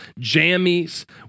jammies